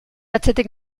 atzetik